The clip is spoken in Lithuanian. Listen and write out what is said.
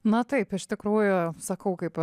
na taip iš tikrųjų sakau kaip